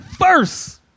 first